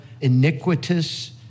iniquitous